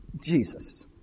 Jesus